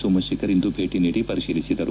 ಸೋಮಶೇಖರ್ ಇಂದು ಭೇಟ ನೀಡಿ ಪರಿಶೀಲಿಸಿದರು